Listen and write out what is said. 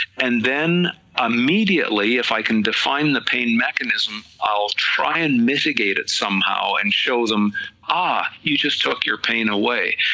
and then immediately if i can define the pain mechanism, i will try to and mitigate it somehow and show them ah you just tuck your pain away,